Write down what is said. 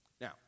Now